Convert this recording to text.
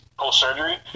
post-surgery